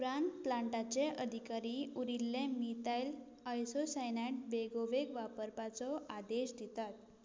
उपरांत प्लांटाचे अधिकारी उरिल्लें मिथायल आयसोसायनॅट बेगोबेग वापरपाचो आदेश दितात